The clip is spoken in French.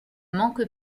manque